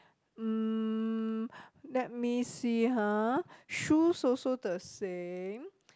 mm let me see ha shoes also the same